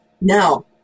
Now